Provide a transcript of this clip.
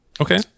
Okay